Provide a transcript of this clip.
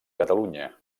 catalunya